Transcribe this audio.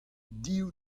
div